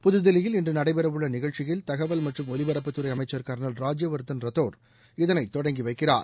புதுதில்லியில் இன்று நடைபெறவுள்ள நிகழ்ச்சியில் தகவல் மற்றும் ஒலிபரப்பு துறை அமைச்சர் கர்னல் ராஜ்யவர்தன் ரத்தோர் இதனை தொடங்கி வைக்கிறார்